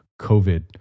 COVID